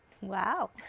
wow